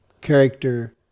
character